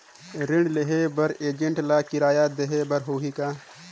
ऋण देहे बर एजेंट ला किराया देही बर होही का?